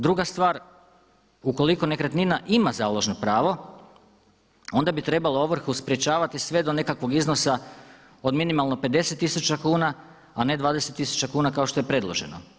Druga stvar, ukoliko nekretnina ima založno pravo onda bi trebalo ovrhu sprječavati sve do nekakvog iznosa od minimalno 50 tisuća kuna a ne 20 tisuća kuna kao što je predloženo.